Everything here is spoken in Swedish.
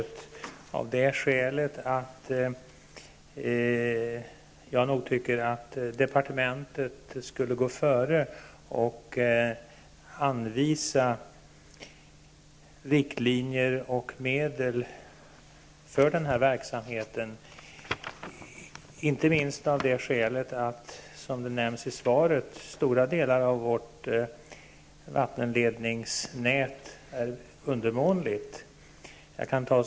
Det är jag av det skälet att jag tycker att departementet borde gå före och anvisa riktlinjer och medel för denna verksamhet, inte minst därför att stora delar av vårt vattenledningsnät är undermåligt, vilket också nämns i svaret.